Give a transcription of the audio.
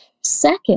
Second